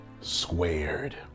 squared